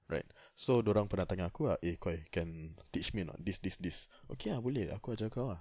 right so dia orang pernah tanya aku ah eh koi can teach me or not this this this okay ah boleh aku ajar engkau ah